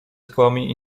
skałami